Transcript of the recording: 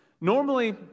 Normally